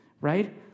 right